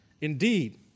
Indeed